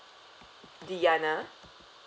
diana